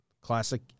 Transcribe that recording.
Classic